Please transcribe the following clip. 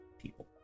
people